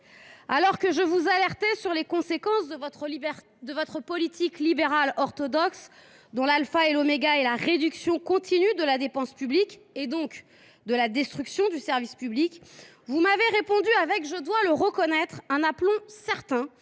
Alors que je vous alertais sur les conséquences de votre politique libérale orthodoxe, dont l’alpha et l’oméga sont la réduction continue de la dépense publique, et donc la destruction du service public, vous m’avez répondu avec un aplomb certain